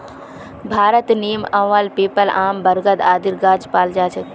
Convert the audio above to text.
भारतत नीम, आंवला, पीपल, आम, बरगद आदिर गाछ पाल जा छेक